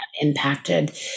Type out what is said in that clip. impacted